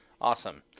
Awesome